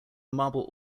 marble